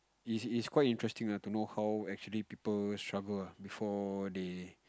it's it's quite interesting ah to know how actually people struggle ah before they